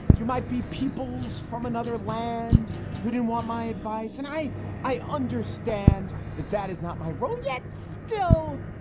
you might be peoples from another land who didn't want my advice. and i i understand that that is not my role yet. still,